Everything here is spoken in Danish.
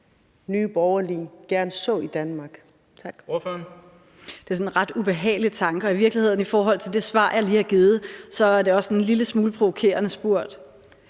Nye Borgerlige gerne så i Danmark?